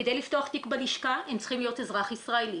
כדי לפתוח תיק בלשכה הם צריכים להיות אזרח ישראלי,